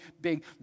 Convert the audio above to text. big